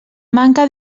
manca